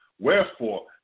Wherefore